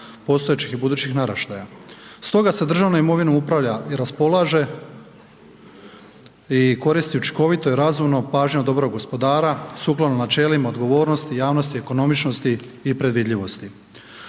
postojećih i budućih naraštaja stoga se državnom imovinom upravlja i raspolaže i koristi učinkovito i razumno pažnjom dobrog gospodara sukladno načelima odgovornosti, javnosti, ekonomičnosti i predvidljivosti.